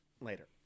later